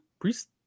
Priest